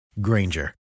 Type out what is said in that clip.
Granger